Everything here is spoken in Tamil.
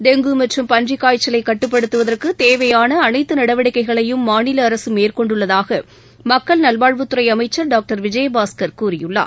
டெங்கு மற்றும் பன்றிக் காய்ச்சலை கட்டுப்படுத்துவதற்கு தேவையான அனைத்து நடவடிக்கைகளையும் மாநில அரசு மேற்கொண்டுள்ளதாக மக்கள் நல்வாழ்வுத்துறை அமைச்சள் டாக்டர் விஜயபாஸ்கர் கூறியுள்ளார்